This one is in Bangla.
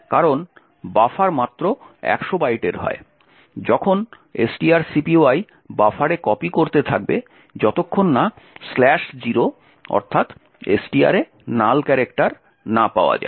কারণ বাফার মাত্র 100 বাইটের হয় যখন strcpy বাফারে কপি করতে থাকবে যতক্ষণ না 0 অর্থাৎ STR এ নাল ক্যারেক্টার না পাওয়া যায়